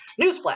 Newsflash